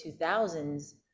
2000s